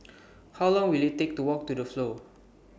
How Long Will IT Take to Walk to The Flow